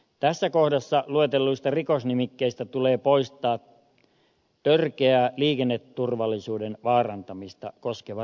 tässä kohdassa luetelluista rikosnimikkeistä tulee poistaa törkeää liikenneturvallisuuden vaarantamista koskeva rikosnimike